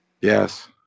Yes